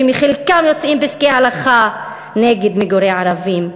שמחלקם יוצאים פסקי הלכה נגד מגורי ערבים?